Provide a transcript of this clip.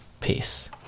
Peace